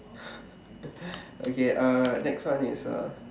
okay uh next one is uh